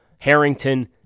Harrington